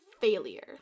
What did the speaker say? failure